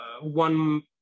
one